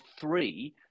three